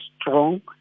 strong